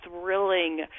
thrilling